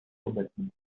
obecnej